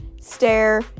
stare